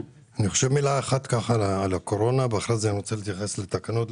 מילה אחת על הקורונה ואחר כך אני רוצה להתייחס לתקנות,